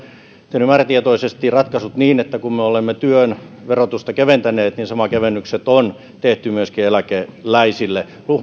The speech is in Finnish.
tehnyt määrätietoisesti ratkaisut niin että kun me olemme työn verotusta keventäneet niin samat kevennykset on tehty myöskin eläkeläisille